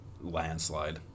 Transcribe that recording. landslide